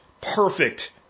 perfect